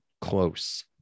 Close